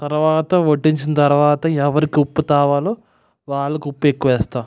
తరువాత వడ్డించిన తరువాత ఎవరికి ఉప్పు కావాలో వాళ్ళకు ఉప్పు ఎక్కువ వేస్తాను